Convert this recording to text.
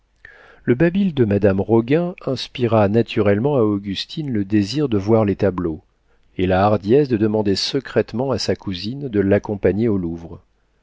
le babil de madame roguin inspira naturellement à augustine le désir de voir les tableaux et la hardiesse de demander secrètement à sa cousine de l'accompagner au louvre